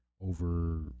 over